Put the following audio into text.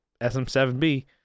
SM7B